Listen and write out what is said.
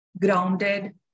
grounded